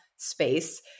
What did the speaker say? space